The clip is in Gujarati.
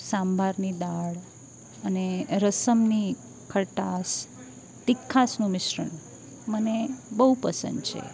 સાંભારની દાળ અને રસમની ખટાશ તીખાસનું મિશ્રણ મને બહુ પસંદ છે